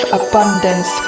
abundance